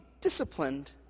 disciplined